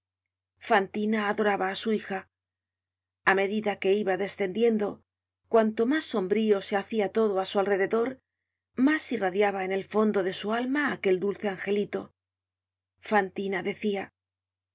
fantina adoraba á su hija a medida que iba descendiendo cuanto mas sombrío se hacia todo á su alrededor mas irradiaba en el fondo de su alma aquel dulce angelito fantina decia